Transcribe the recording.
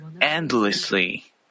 endlessly